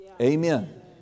Amen